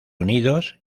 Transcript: unidos